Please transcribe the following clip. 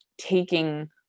taking